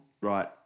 right